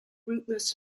rootless